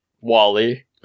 Wally